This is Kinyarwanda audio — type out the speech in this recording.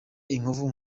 inkovu